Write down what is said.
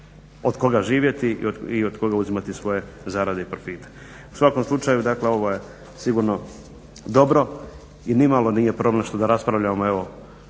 od koga živjeti i od koga uzimati svoje zarade i profite. U svakom slučaju, dakle ovo je sigurno dobro i ni malo nije problem što raspravljamo evo